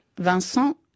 vincent